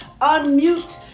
unmute